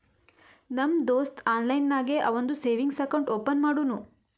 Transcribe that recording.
ನಮ್ ದೋಸ್ತ ಆನ್ಲೈನ್ ನಾಗೆ ಅವಂದು ಸೇವಿಂಗ್ಸ್ ಅಕೌಂಟ್ ಓಪನ್ ಮಾಡುನೂ